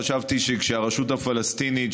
חשבתי שכשהרשות הפלסטינית,